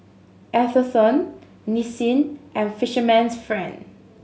Atherton Nissin and Fisherman's Friend